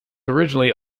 originally